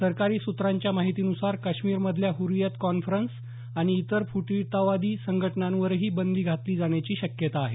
सरकारी सूत्रांच्या माहिती नुसार काश्मीर मधल्या हुर्रियत कौन्फ्रन्स आणि इतर फुटीरतावादी संघटनांवरही बंदी घातली जाण्याची शक्यता आहे